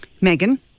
Megan